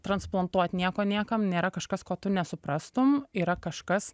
transplantuot nieko niekam nėra kažkas ko tu nesuprastum yra kažkas